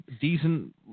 decent